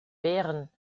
wehren